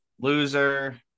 loser